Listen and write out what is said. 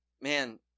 Man